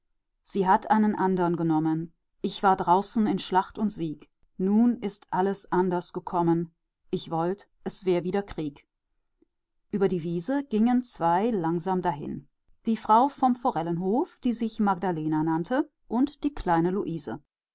sie hat einen andern genommen ich war draußen in schlacht und sieg nun ist alles anders gekommen ich wollt es wär wieder krieg über die wiese gingen zwei langsam dahin die frau vom forellenhof die sich magdalena nannte und die kleine